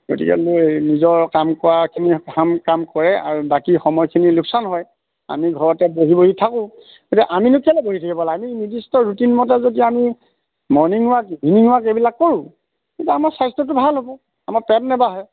গতিকেলৈ নিজৰ কাম কৰাখিনিয়ে কাম কাম কৰে আৰু বাকী সময়খিনি লোকচান হয় আমি ঘৰতে বহি বহি থাকোঁ এতিয়া আমিনো কেলেই বহি থাকিব লাগে আমি নিৰ্দিষ্ট ৰুটিনমতে যদি আমি মৰ্ণিং ৱাক ইভিনিং ৱাক এইবিলাক কৰোঁ কিন্তু আমাৰ স্বাস্থ্যটো ভাল হ'ব আমাৰ পেট নেবাঢ়ে